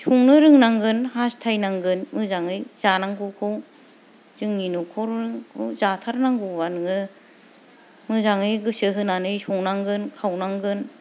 संनो रोंनांगोन हास्थायनांगोन मोजाङै जानांगौखौ जोंनि न'खरखौ जाथारनांगौबा नोङो मोजाङै गोसो होनानै संनांगोन खावनांगोन